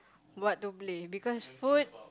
what to play because food